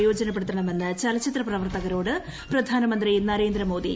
പ്രയോജനപ്പെടുത്തണമെന്ന് ചലച്ചിത്ര പ്രവർത്തകരോട് പ്രധാനമന്ത്രി നരേന്ദ്രമോദി